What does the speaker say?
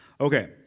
Okay